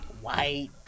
white